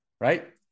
right